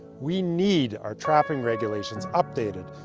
we need our trapping regulations updated,